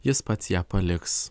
jis pats ją paliks